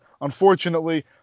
Unfortunately